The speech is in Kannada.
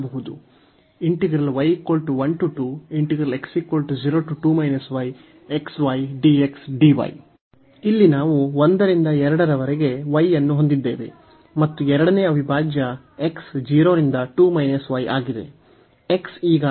ಇಲ್ಲಿ ನಾವು 1 ರಿಂದ 2 ರವರೆಗೆ y ಅನ್ನು ಹೊಂದಿದ್ದೇವೆ ಮತ್ತು ಎರಡನೇ ಅವಿಭಾಜ್ಯ x 0 ರಿಂದ 2 y ಆಗಿದೆ